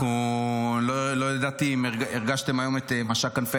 לא ידעתי אם הרגשתם היום את משק כנפי